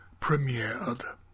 premiered